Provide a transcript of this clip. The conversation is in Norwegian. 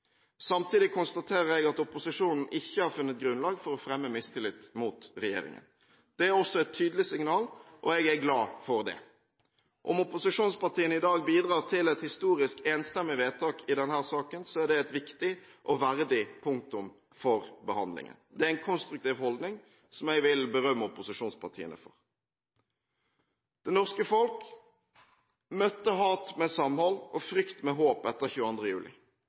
Samtidig konstaterer jeg at opposisjonen ikke har funnet grunnlag for å fremme mistillit mot regjeringen. Det er også et tydelig signal, og jeg er glad for det. Om opposisjonspartiene i dag bidrar til et historisk enstemmig vedtak i denne saken, er det et viktig og verdig punktum for behandlingen. Det er en konstruktiv holdning som jeg vil berømme opposisjonspartiene for. Det norske folk møtte hat med samhold og frykt med håp etter 22. juli.